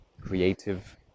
creative